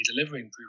delivering